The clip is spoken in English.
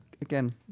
again